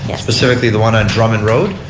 yeah specifically the one on drum and road.